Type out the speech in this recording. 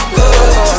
good